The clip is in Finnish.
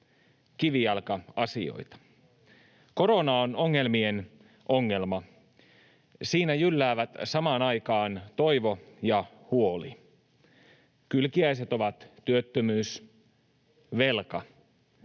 kivijalka-asioita. Korona on ongelmien ongelma. Siinä jylläävät samaan aikaan toivo ja huoli. Kylkiäiset ovat työttömyys, velka,